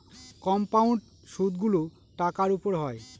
compound সুদগুলো টাকার উপর হয়